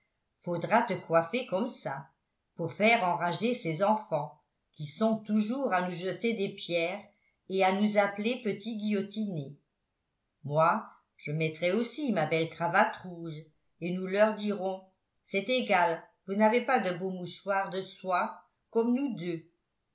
faudra te coiffer comme ça pour faire enrager ses enfants qui sont toujours à nous jeter des pierres et à nous appeler petits guillotinés moi je mettrai aussi ma belle cravate rouge et nous leur dirons c'est égal vous n'avez pas de beaux mouchoirs de soie comme nous deux